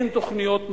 אין תוכניות מיתאר,